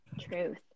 Truth